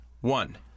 One